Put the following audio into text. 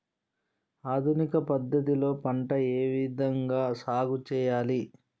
ఆధునిక పద్ధతి లో పంట ఏ విధంగా సాగు చేయాలి?